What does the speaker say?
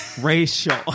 Racial